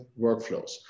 workflows